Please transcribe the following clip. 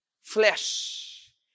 flesh